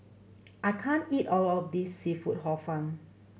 I can't eat all of this seafood Hor Fun